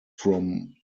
from